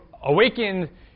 awakened